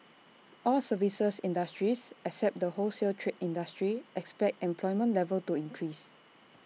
all services industries except the wholesale trade industry expect employment level to increase